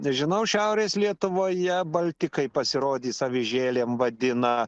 žinau šiaurės lietuvoje balti kai pasirodys avižėlėm vadina